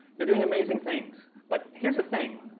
they're doing amazing things. but here's the thing.